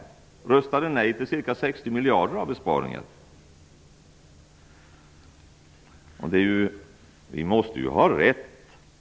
Han röstade nej till ca 60 miljarder kronor i besparingar.